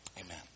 Amen